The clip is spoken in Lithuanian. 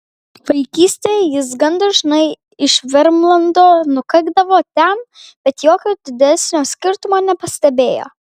vaikystėje jis gan dažnai iš vermlando nukakdavo ten bet jokio didesnio skirtumo nepastebėjo